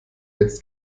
jetzt